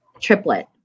triplet